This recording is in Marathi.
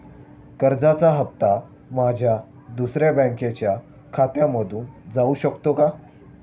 कर्जाचा हप्ता माझ्या दुसऱ्या बँकेच्या खात्यामधून जाऊ शकतो का?